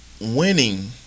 winning